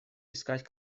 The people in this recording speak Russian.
искать